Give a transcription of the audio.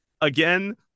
again